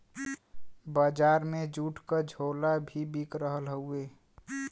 बजार में जूट क झोला भी बिक रहल हउवे